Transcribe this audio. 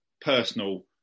personal